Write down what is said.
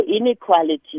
inequality